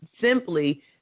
simply